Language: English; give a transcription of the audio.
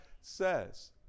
says